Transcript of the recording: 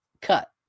cut